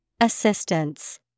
Assistance